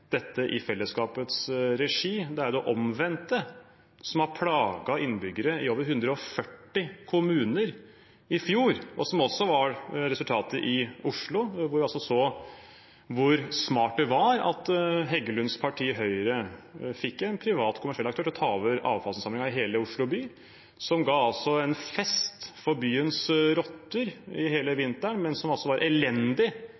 dette i fellesskapets regi. Det er jo det omvendte som plaget innbyggere i over 140 kommuner i fjor, og som også var resultatet i Oslo, hvor vi altså så hvor smart det var at Heggelunds parti, Høyre, fikk en privat kommersiell aktør til å ta over avfallsinnsamlingen i hele Oslo by. Det ga en fest for byens rotter hele